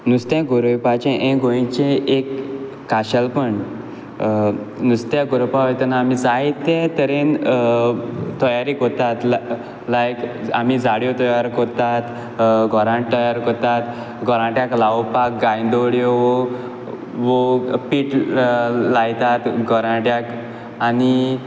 नुस्तें गोरेवपाचें हें गोंयचें एक काशेलपण नुस्त्या गोरोवपा वयताना आमी जायते तरेन तयारी कोरताय लायक आमी जाड्यो तयार कोरतात गोराणें तोयार कोरता गोराट्यांक लावपा गांयदोळ्यो पीट लायतात गोराट्यांक आनी